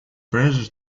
pressure